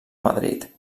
madrid